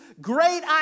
great